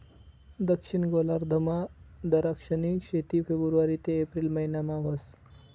दक्षिण गोलार्धमा दराक्षनी शेती फेब्रुवारी ते एप्रिल महिनामा व्हस